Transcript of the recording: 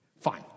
Fine